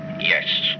Yes